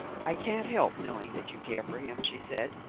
i can't help knowing that you care for him, she said,